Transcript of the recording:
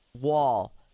wall